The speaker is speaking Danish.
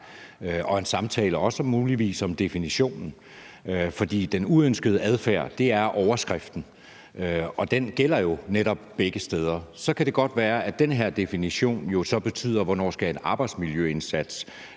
– en samtale muligvis også om definitionen. For den uønskede adfærd er overskriften, og den gælder jo netop begge steder. Og så kan det godt være, at den her definition handler om, hvornår en arbejdsmiljøindsats